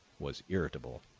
was irritable.